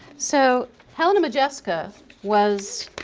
so helena modjeska was